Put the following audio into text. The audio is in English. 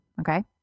okay